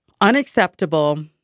unacceptable